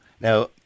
Now